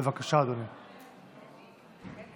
בבקשה, אדוני.